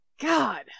God